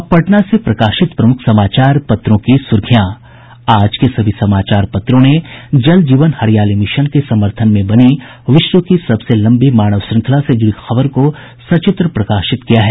अब पटना से प्रकाशित प्रमुख समाचार पत्रों की सुर्खियां आज के सभी समाचार पत्रों ने जल जीवन हरियाली मिशन के समर्थन में बनी विश्व की सबसे लम्बी मानव श्रृंखला से जूड़ी खबर को सचित्र प्रकाशित किया है